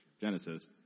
Genesis